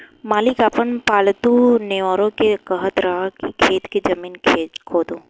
मालिक आपन पालतु नेओर के कहत रहन की खेत के जमीन खोदो